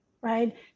right